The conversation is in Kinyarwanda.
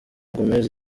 gomes